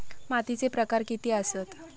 मातीचे प्रकार किती आसत?